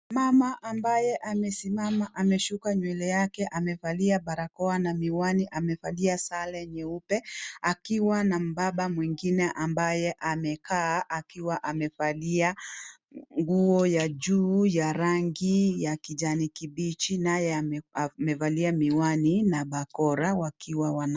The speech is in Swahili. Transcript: Mama ambaye amesimama amesuka nyewele yake. Amevalia barakoa na miwani, amevalia sare nyeupe, akiwa na mbaba mwingine ambaye amekaa akiwa amevalia nguo ya juu ya rangi ya kijani kibichi, naye amevalia miwani na bakora wakiwa wana...